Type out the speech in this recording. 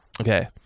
Okay